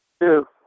Two